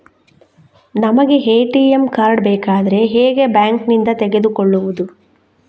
ನಮಗೆ ATM card ಬೇಕಾದ್ರೆ ಹೇಗೆ ಬ್ಯಾಂಕ್ ನಿಂದ ತೆಗೆದುಕೊಳ್ಳುವುದು?